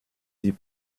dis